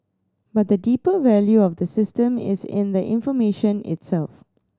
but the deeper value of the system is in the information itself